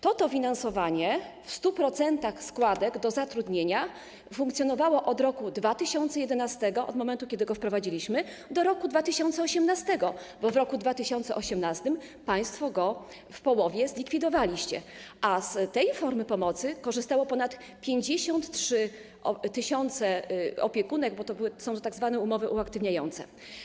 To dofinansowanie w postaci 100% składek do zatrudnienia funkcjonowało od roku 2011, od momentu kiedy je wprowadziliśmy, do roku 2018, bo w roku 2018 państwo je w połowie zlikwidowaliście, a z tej formy pomocy korzystało ponad 53 tys. opiekunek, bo to były tzw. umowy uaktywniające.